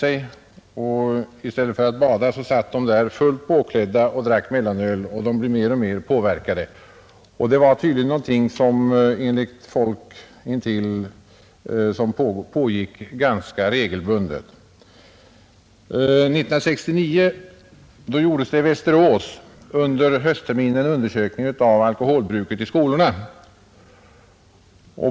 I stället för att bada satt de där fullt påklädda och drack mellanöl, och de blev mer och mer påverkade. Enligt folk runt omkring var detta någonting som pågick ganska regelbundet. Under höstterminen 1969 gjordes i skolorna i Västerås en undersökning av alkoholbruket.